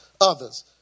others